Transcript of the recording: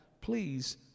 Please